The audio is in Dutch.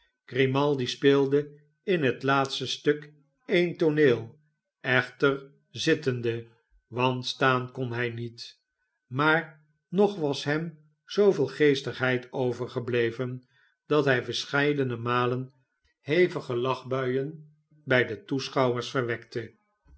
grimaldi speelde in het laatste stuk een tooneel echter zittende want staan kon hij niet maar nog was hem zooveelgeestigheid overgebleven dat hij verscheidene malen hevige lachbuien bij de toeschouwers verwekte